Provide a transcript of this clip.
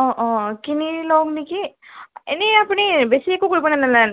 অঁ অঁ কিনি লওঁ নেকি এনেই আপুনি বেছি একো কৰিব